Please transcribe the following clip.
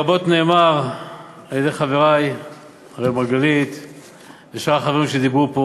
רבות נאמר על-ידי חברי אראל מרגלית ושאר החברים שדיברו פה,